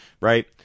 right